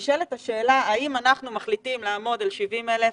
גם בגלל שנשאלת השאלה האם אנחנו מחליטים לעמוד על 70,000,